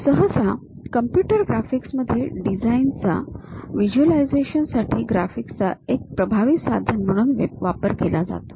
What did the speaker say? सहसा कॉम्प्युटर ग्राफिक्समध्ये डिझाइनच्या व्हिज्युअलायझेशन साठी ग्राफिक्सचा एक प्रभावी साधन म्हणून वापर केला जातो